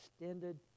extended